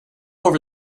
over